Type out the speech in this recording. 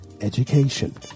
Education